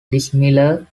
dissimilar